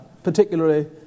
particularly